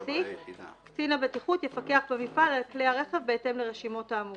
קצין הבטיחות יפקח במפעל על כלי הרכב בהתאם לרשימות האמורות.